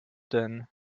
denn